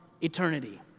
eternity